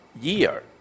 year